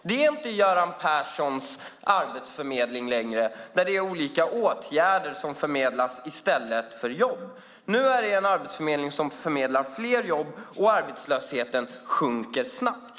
Det är inte Göran Perssons arbetsförmedling längre, där det är olika åtgärder som förmedlas i stället för jobb. Nu är det en arbetsförmedling som förmedlar fler jobb, och arbetslösheten sjunker snabbt.